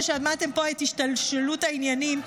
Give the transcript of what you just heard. ששמעתם פה את השתלשלות העניינים,